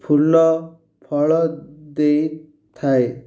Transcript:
ଫୁଲଫଳ ଦେଇଥାଏ